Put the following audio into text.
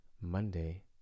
Monday